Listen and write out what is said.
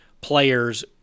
players